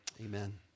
amen